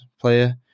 player